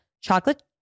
chocolate